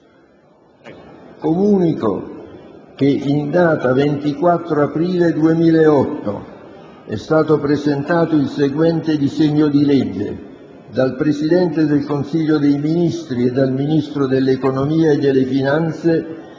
Comunico che, in data 24 aprile 2008, è stato presentato il seguente disegno di legge: *dal Presidente del Consiglio dei ministri e dal Ministro dell'economia e delle finanze:*